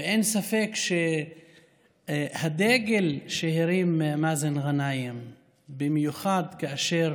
ואין ספק שהדגל שהרים מאזן גנאים, במיוחד כאשר